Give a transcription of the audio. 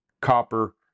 copper